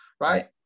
right